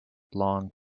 long